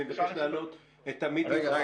אני מבקש להעלות --- רגע,